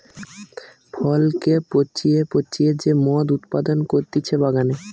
ফলকে পচিয়ে পচিয়ে যে মদ উৎপাদন করতিছে বাগানে